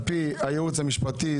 התשפ"ג-2023.